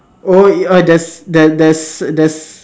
oh oh there's there's there's there's